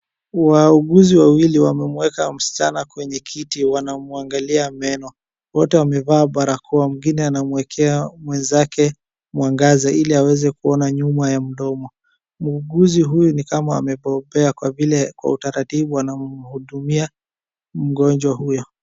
Wauguzi wawili wamemuweka msichana kwenye kiti, wanamuangalia meno. Wote wamevaa barakoa. Mwingine anamwekea mwenzake mwangaza ili aweze kuona nyuma ya mdomo. Muuguzi huyu ni kama amebobea kwa vile kwa utaratibu wanamhudumia mgonjwa huyo.